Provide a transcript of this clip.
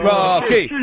Rocky